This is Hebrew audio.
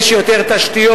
יש יותר תשתיות,